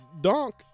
donk